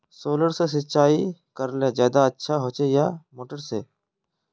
Solar से सिंचाई करले ज्यादा अच्छा होचे या मोटर से?